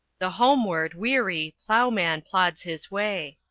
the homeward weary, ploughman plods his way.